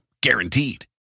Guaranteed